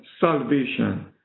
salvation